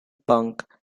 punk